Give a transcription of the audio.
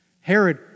Herod